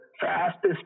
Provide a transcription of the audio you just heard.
fastest